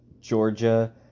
Georgia